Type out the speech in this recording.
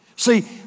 See